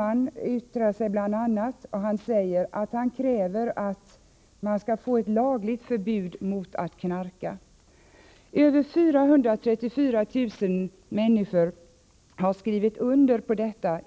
a. yttrar sig Peter Paul Heinemann, och han kräver ”lagliga förbud emot att knarka”. Över 434 000 människor i Sverige har skrivit under på detta.